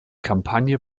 kampagne